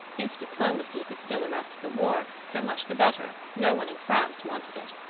if diplomacy could still arrest the war, so much the better no one in france wanted it.